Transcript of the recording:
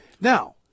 Now